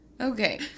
Okay